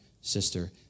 sister